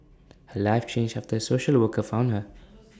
her life changed after A social worker found her